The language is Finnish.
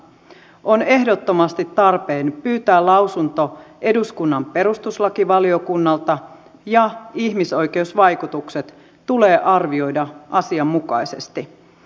on ehdottomasti tarpeen pyytää lausunto eduskunnan perustuslakivaliokunnalta ja ihmisoikeusvaikutukset tulee arvioida asianmukaisesti